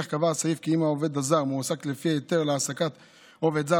כן קבע הסעיף כי אם העובד הזר מועסק לפי ההיתר להעסקת עובד זר